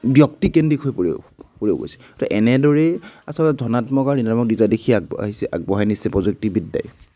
ব্যক্তিকেন্দ্ৰিক হৈ পৰিব পৰিব গৈছে ত' এনেদৰেই আচলতে ধনাত্মক আৰু ঋণাত্মক দুইটা দিশে আগ আগবঢ়িছে আগবঢ়াই নিছে প্ৰযুক্তিবিদ্যাই